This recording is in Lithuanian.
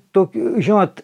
tokių žinot